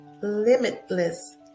limitless